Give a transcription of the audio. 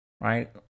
Right